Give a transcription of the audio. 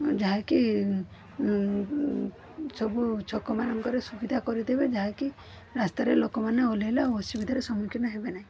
ଯାହାକି ସବୁ ଛକ ମାନଙ୍କରେ ସୁବିଧା କରିଦେବେ ଯାହାକି ରାସ୍ତାରେ ଲୋକମାନେ ଓହ୍ଳାଇଲେ ଆଉ ଅସୁବିଧାର ସମ୍ମୁଖୀନ ହେବେନାହିଁ